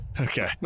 Okay